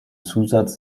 zusatz